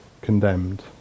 condemned